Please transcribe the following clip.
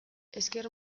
ezker